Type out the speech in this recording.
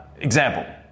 Example